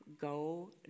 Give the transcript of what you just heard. go